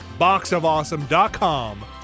Boxofawesome.com